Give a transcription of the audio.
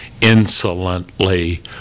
insolently